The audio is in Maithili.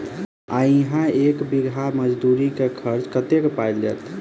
आ इहा एक बीघा मे मजदूरी खर्च कतेक पएर जेतय?